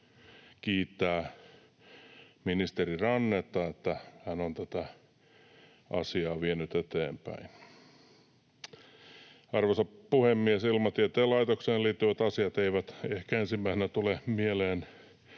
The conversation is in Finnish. kiittää ministeri Rannetta, että hän on tätä asiaa vienyt eteenpäin. Arvoisa puhemies! Ilmatieteen laitokseen liittyvät asiat eivät ehkä ensimmäisenä tule mieleen